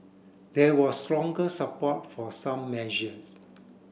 there was stronger support for some measures